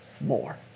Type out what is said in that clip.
more